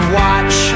watch